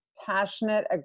passionate